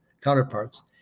counterparts